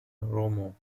romo